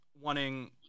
wanting